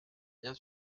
bien